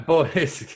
Boys